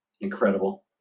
Incredible